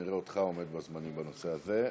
נראה אותך עומד בזמנים בנושא הזה,